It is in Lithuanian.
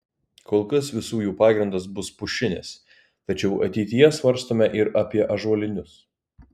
kol kas visų jų pagrindas bus pušinis tačiau ateityje svarstome ir apie ąžuolinius